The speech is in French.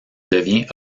devient